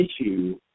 issue